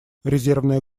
резервная